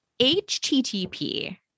HTTP